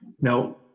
Now